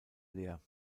leer